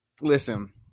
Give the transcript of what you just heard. Listen